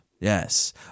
Yes